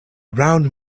round